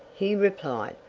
he replied.